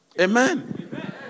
Amen